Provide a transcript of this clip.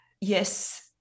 yes